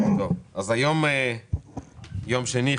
היום יום שני,